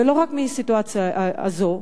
ולא רק מהסיטואציה הזאת.